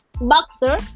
Boxer